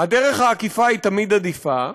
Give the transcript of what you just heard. הדרך העקיפה היא תמיד עדיפה,